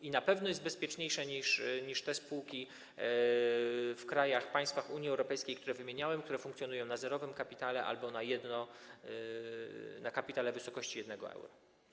I na pewno jest bezpieczniejsze niż te spółki w krajach, państwach Unii Europejskiej, które wymieniałem, które funkcjonują na zerowym kapitale albo na kapitale w wysokości 1 euro.